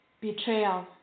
Betrayal